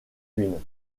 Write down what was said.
ruines